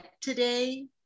today